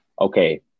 okay